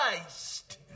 Christ